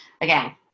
again